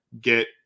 get